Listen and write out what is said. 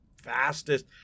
fastest